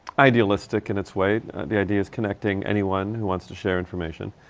idealistic in its way. ah, the ideas connecting anyone who wants to share information.